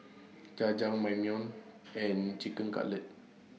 Jajangmyeon and Chicken Cutlet